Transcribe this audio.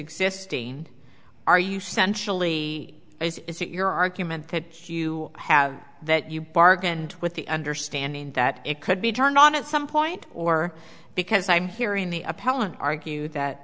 existing are you sensually is it your argument that you have that you bargained with the understanding that it could be turned on at some point or because i'm hearing the appellant argue that